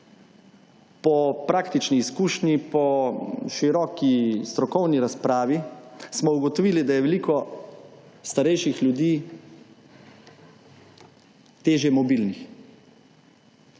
Po praktični izkušnji, po široki strokovni razpravi smo ugotovili, da je veliko starejših ljudi težje mobilnih.